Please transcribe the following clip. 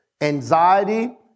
anxiety